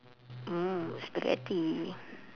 mm spaghetti